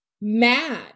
mad